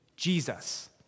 Jesus